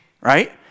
right